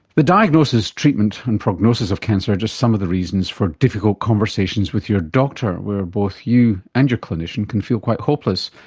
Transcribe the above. the diagnosis, treatment and prognosis of cancer are just some of the reasons for difficult conversations with your doctor, where both you and your clinician can feel quite hopeless,